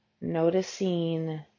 noticing